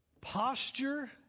Posture